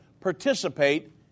participate